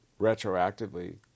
retroactively